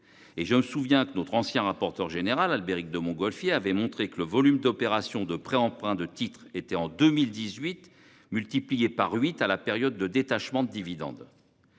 Je me souviens que notre ancien rapporteur général, Albéric de Montgolfier, avait montré que le volume d'opérations de prêt-emprunt de titres était, en 2018, multiplié par huit à la période de détachement de dividendes.